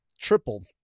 tripled